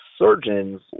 surgeons